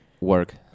Work